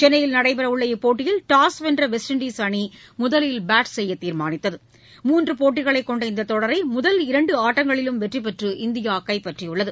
சென்னையில் நடைபெறவுள்ள இப்போட்டியில் டாஸ் வென்ற வெஸ்ட் இண்டஸ் அணி முதலில் பேட் செய்ய தீர்மானித்தது மூன்று போட்டிகளை கொண்ட இந்த தொடரை முதல் இரண்டு ஆட்டங்களிலும் வெற்றிபெற்று இந்தியா கைப்பற்றியுள்ளது